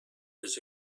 his